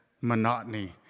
monotony